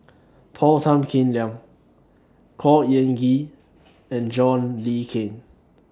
Paul Tan Kim Liang Khor Ean Ghee and John Le Cain